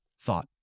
thought